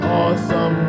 awesome